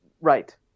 Right